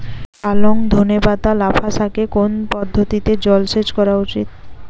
পালং ধনে পাতা লাফা শাকে কোন পদ্ধতিতে জল সেচ করা উচিৎ?